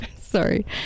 sorry